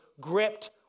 gripped